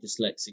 dyslexic